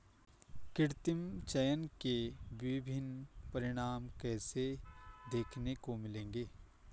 कृत्रिम चयन के विभिन्न परिणाम कैसे देखने को मिलेंगे?